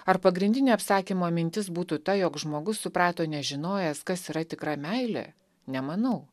ar pagrindinė apsakymo mintis būtų ta jog žmogus suprato nežinojęs kas yra tikra meilė nemanau